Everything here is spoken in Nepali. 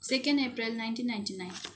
second April nineteen ninety nine